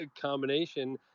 combination